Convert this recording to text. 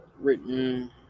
written